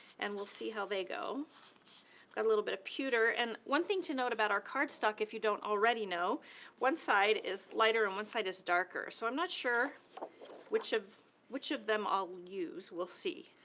and we'll see how they go. have a little bit of pewter, and one thing to note about our cardstock, if you don't already know one side is lighter and one side is darker. so i'm not sure which of which of them i'll use. we'll see.